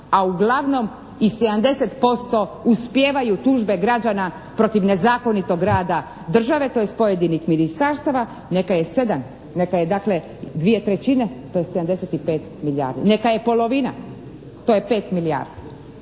a uglavnom i 70% uspijevaju tužbe građana protiv nezakonitog rada države tj. pojedinih ministarstava neka je 7, neka je dakle 2/3 to je 75 milijardi. Neka je polovina to je 5 milijardi.